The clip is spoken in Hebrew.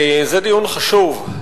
זה דיון חשוב,